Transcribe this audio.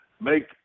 make